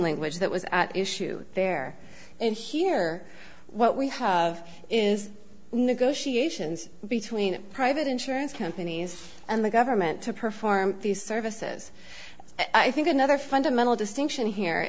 language that was at issue there in humor what we have is negotiations between private insurance companies and the government to perform these services i think another fundamental distinction here